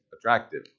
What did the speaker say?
attractive